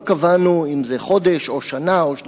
לא קבענו אם זה חודש, או שנה, או שנתיים,